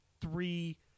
three